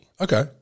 Okay